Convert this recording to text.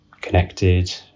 Connected